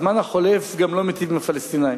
הזמן החולף גם לא מיטיב עם הפלסטינים.